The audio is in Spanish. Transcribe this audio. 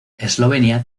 eslovenia